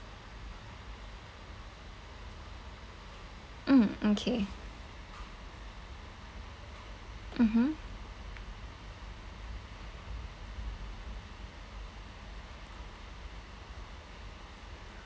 mm okay mmhmm